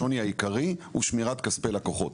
השוני העיקרי הוא שמירת כספי לקוחות.